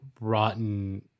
rotten